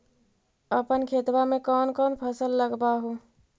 अपन खेतबा मे कौन कौन फसल लगबा हू?